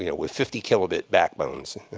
yeah with fifty kilobit backbones.